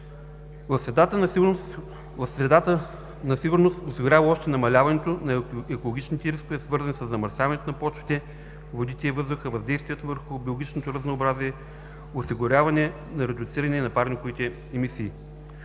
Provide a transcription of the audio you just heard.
Средата на сигурност осигурява още намаляването на екологичните рискове, свързани със замърсяването на почвите, водите и въздуха, въздействието върху биологичното разнообразие и осигуряване на редуциране на парниковите емисии.